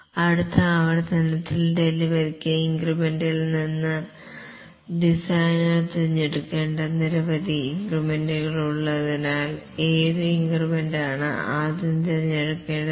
അടുത്ത ആവർത്തനത്തിൽ ഡെലിവറിക്ക് ഇൻക്രിമെന്റിൽ ഒന്ന് ഡിസൈനർ തിരഞ്ഞെടുക്കേണ്ട നിരവധി ഇൻക്രിമെന്റുകൾ ഉള്ളതിനാൽ ഏത് ഇൻക്രിമെന്റാണ് ആദ്യം തിരഞ്ഞെടുക്കേണ്ടത്